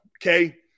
okay